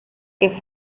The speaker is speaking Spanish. que